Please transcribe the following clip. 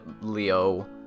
Leo